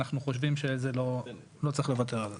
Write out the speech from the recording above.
אנחנו חושבים שלא צריך לוותר על זה.